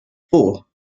four